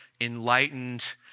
enlightened